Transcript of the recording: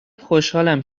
خوشحالم